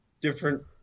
different